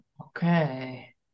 Okay